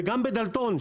וגם בדלתון,